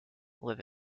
live